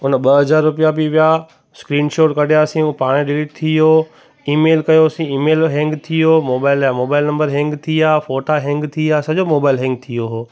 मन ॿ ह्ज़ार रुपया बि विया स्क्रीनशॉट कढियासीं उहो पाणई डिलीट थी वियो ईमेल कयोसीं ईमेल हैंग थी वियो मोबाइल या मोबाइल नम्बर हैंग थी विया फोटा हैंग थी विया सॼो मोबाइल हैंग थी वियो हुओ